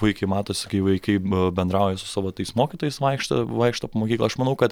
puikiai matosi kai vaikai bendrauja su savo tais mokytojais vaikšto vaikšto po mokyklą aš manau kad